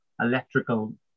electrical